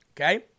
okay